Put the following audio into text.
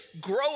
grow